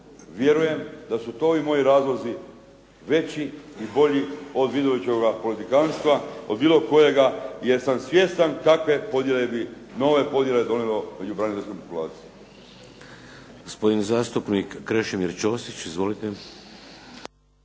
Vjerujem da su to i moji razlozi veći i bolji od Vidovićeva politikanstva, od bilo kojega, jer sam svjestan takve podjele bi, nove podjele donijelo među braniteljskoj populaciji.